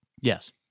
Yes